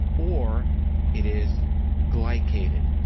or it is glycated.